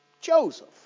Joseph